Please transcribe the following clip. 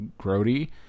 grody